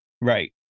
Right